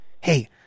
Hey